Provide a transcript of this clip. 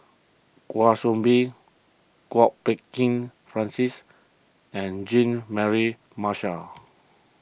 Kwa Soon Bee Kwok Peng Kin Francis and Jean Mary Marshall